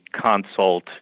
consult